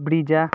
Brezza